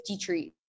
trees